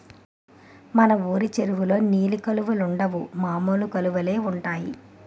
మన వూరు చెరువులో నీలి కలువలుండవు మామూలు కలువలే ఉంటాయి